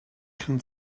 can